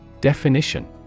Definition